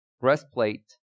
breastplate